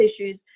issues